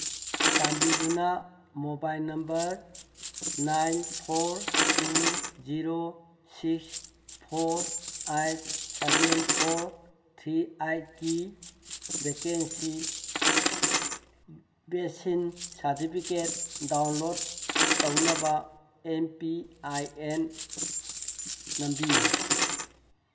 ꯆꯥꯟꯕꯤꯗꯨꯅ mobile number nine four two zero six four eight seven four three ꯑꯥꯏꯠꯀꯤ ꯕꯦꯀꯦꯟꯁꯤ vaccine certificate download ꯇꯧꯅꯕ M P I N ꯅꯝꯕꯤꯌꯨ